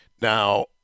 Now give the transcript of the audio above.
Now